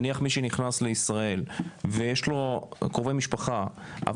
נניח מישהו נכנס לישראל ויש לו קרובי משפחה,